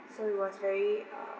so it was very uh